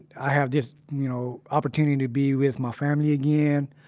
i have this, you know, opportunity to be with my family again